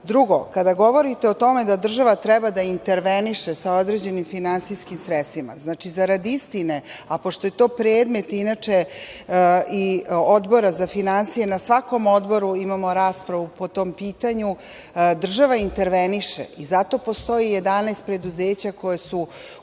kada govorite o tome da država treba da interveniše sa određenim finansijskim sredstvima, zarad istine, a pošto je to predmet inače i Odbora za finansije, na svakom odboru imamo raspravu po tom pitanju, država interveniše, i zato postoji 11 preduzeća koja su